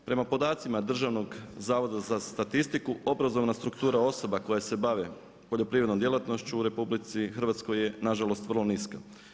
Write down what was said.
Prema podacima Državnog zavoda za statistiku, obrazovana struktura osoba koja se bave poljoprivrednom djelatnošću u RH je nažalost vrlo niska.